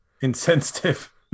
insensitive